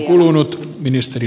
arvoisa puhemies